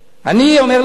אני אומר לך,